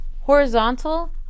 horizontal